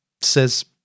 says